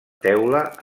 teula